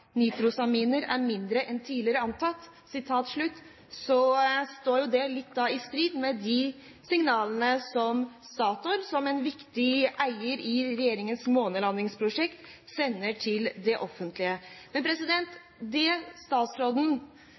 nitrosaminer er mindre enn tidligere antatt», er jo det litt i strid med de signalene som Statoil, som en viktig eier i regjeringens månelandingsprosjekt, sender til det offentlige. Det statsråden har ansvaret for, er utslippstillatelsen. Det